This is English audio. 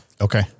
Okay